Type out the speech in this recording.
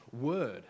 word